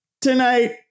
tonight